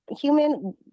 human